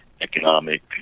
economic